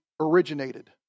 originated